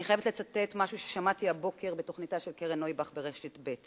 אני חייבת לצטט משהו ששמעתי הבוקר בתוכניתה של קרן נויבך ברשת ב'.